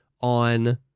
on